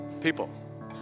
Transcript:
people